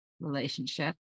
relationship